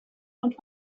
ond